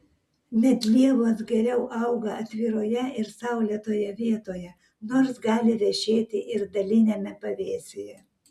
medlievos geriau auga atviroje ir saulėtoje vietoje nors gali vešėti ir daliniame pavėsyje